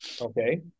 okay